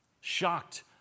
shocked